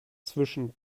zwischen